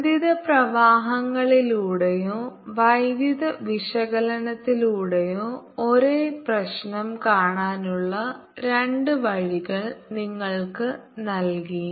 ബന്ധിത പ്രവാഹങ്ങളിലൂടെയോ വൈദ്യുത വിശകലനത്തിലൂടെയോ ഒരേ പ്രശ്നം കാണാനുള്ള രണ്ട് വഴികൾ നിങ്ങൾക്ക് നൽകി